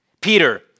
Peter